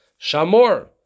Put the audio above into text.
Shamor